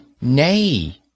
Nay